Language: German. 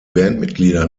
bandmitglieder